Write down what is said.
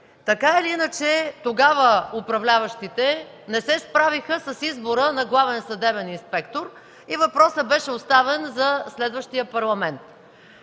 представители. Тогава управляващите не се справиха с избора на главен съдебен инспектор и въпросът беше оставен за следващия Парламент.